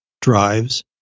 drives